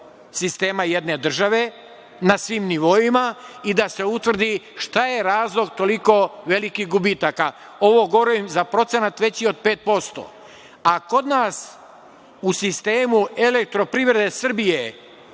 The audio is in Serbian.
elektrosistema jedne države na svim nivoima i da se utvrdi šta je razlog toliko velikih gubitaka. Ovo govorim za procenat veći od 5%. A kod nas u sistemu Elektroprivrede Srbije,